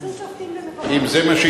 חיפשו שופטים במקומות